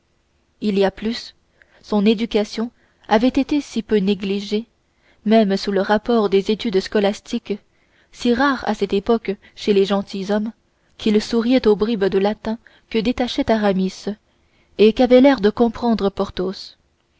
il y a plus son éducation avait été si peu négligée même sous le rapport des études scolastiques si rares à cette époque chez les gentilshommes qu'il souriait aux bribes de latin que détachait aramis et qu'avait l'air de comprendre porthos deux